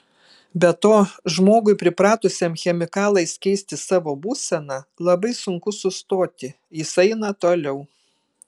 be to žmogui pripratusiam chemikalais keisti savo būseną labai sunku sustoti jis eina toliau